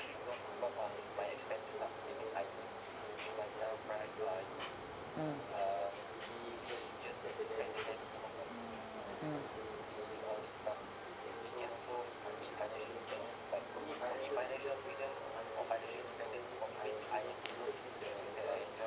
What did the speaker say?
mm mm